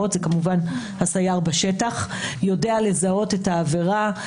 שאלתי על הפרקטיקה של ההסרה, קיימת פרקטיקה כזו?